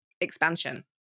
expansion